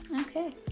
okay